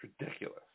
Ridiculous